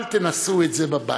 אל תנסו את זה בבית.